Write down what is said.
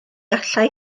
allai